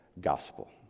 gospel